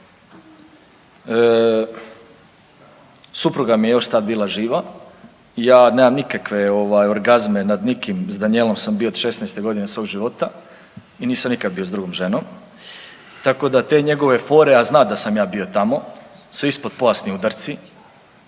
supruga mi je još tad bila živa i ja nemam nikakve orgazme nad nikim, s Danijelom sam bio od 16.godine svog života i nisam nikad bio s drugom ženom, tako da te njegove fore, a zna da sam ja bio tamo su ispod pojasni udarci